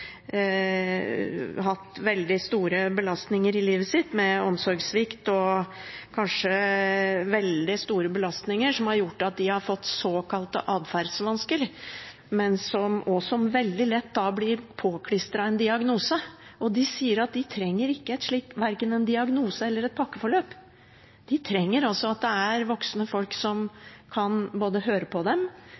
hatt veldig store belastninger i livet sitt, med omsorgssvikt og belastninger som kanskje har vært så store at de har fått såkalte atferdsvansker, og som veldig lett blir påklistret en diagnose. De sier at de trenger verken en diagnose eller et pakkeforløp. De trenger at det er voksne folk som både kan høre på dem,